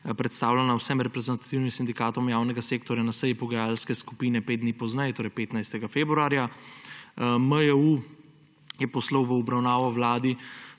predstavljena vsem reprezentativnim sindikatom javnega sektorja na seji pogajalske skupine pet dni pozneje, torej 15. februarja. MJU je poslal v obravnavo Vladi